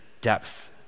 depth